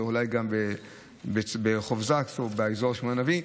ואולי גם ברחוב זקס או באזור שמואל הנביא,